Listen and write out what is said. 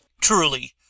Truly